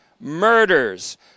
murders